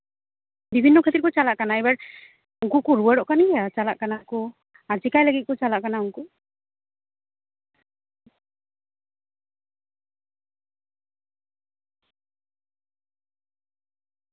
ᱵᱤᱵᱷᱤᱱᱱᱚ ᱠᱷᱟᱹᱛᱤᱨ ᱠᱚ ᱪᱟᱞᱟᱜ ᱠᱟᱱᱟ ᱮᱵᱟᱨ ᱩᱱᱠᱩ ᱠᱚ ᱨᱩᱣᱟᱹᱲᱚᱜ ᱠᱟᱱ ᱜᱮᱭᱟ ᱪᱟᱞᱟᱜ ᱠᱟᱱᱟ ᱠᱚ ᱟᱨ ᱪᱮᱠᱟᱭ ᱞᱟᱹᱜᱤᱫ ᱠᱚ ᱪᱟᱞᱟᱜ ᱠᱟᱱᱟ ᱩᱱᱠᱩ